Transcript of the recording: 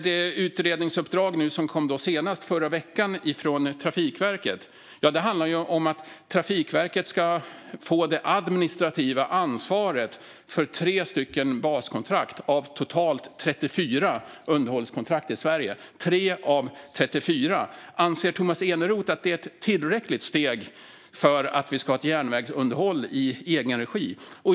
Det utredningsuppdrag som kom senast, i förra veckan, från Trafikverket handlar om att Trafikverket ska få det administrativa ansvaret för 3 baskontrakt av totalt 34 underhållskontrakt i Sverige. 3 av 34 - anser Tomas Eneroth att det är ett tillräckligt steg för att vi ska ha ett järnvägsunderhåll i egen regi?